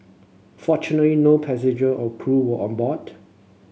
fortunately no passenger or crew were on board